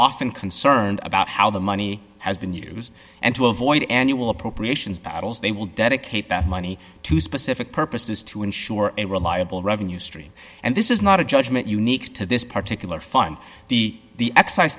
often concerned about how the money has been used and to avoid annual appropriations battles they will dedicate that money to specific purposes to ensure a reliable revenue stream and this is not a judgement unique to this particular fun the excise